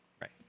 Right